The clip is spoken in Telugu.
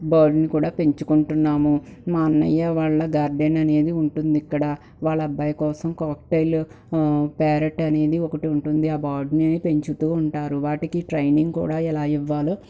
బర్డ్ని కూడా పెంచుకుంటున్నాము మా అన్నయ్య వాళ్ళ గార్డెన్ అనేది ఉంటుంది ఇక్కడ వాళ్ళ అబ్బాయి కోసం కాక్టైలు ప్యారేట్ అనేది ఒకటి ఉంటుంది ఆ బర్డ్ని పెంచుతూ ఉంటారు వాటికి ట్రైనింగ్ కూడా ఎలా ఇవ్వాలో